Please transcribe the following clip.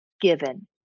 given